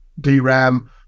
DRAM